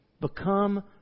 Become